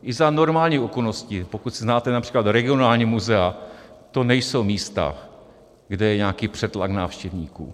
I za normálních okolností, pokud znáte například regionální muzea, to nejsou místa, kde je nějaký přetlak návštěvníků.